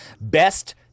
Best